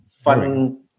fun